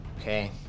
Okay